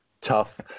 tough